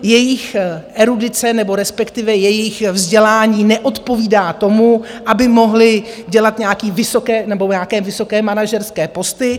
Jejich erudice nebo respektive jejich vzdělání neodpovídá tomu, aby mohli dělat nějaké vysoké manažerské posty.